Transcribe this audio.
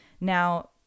Now